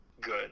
good